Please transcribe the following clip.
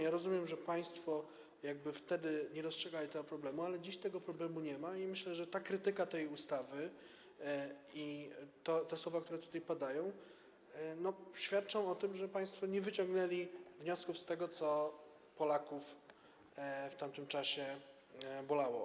Ja rozumiem, że państwo jakby wtedy nie dostrzegali tego problemu, ale dziś tego problemu nie ma i myślę, że ta krytyka tej ustawy i te słowa, które tutaj padają, świadczą o tym, że państwo nie wyciągnęli wniosków z tego, co Polaków w tamtym czasie bolało.